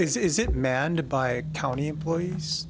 is it manned by county employees